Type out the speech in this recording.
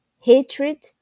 hatred